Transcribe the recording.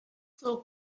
caw